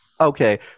Okay